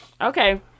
okay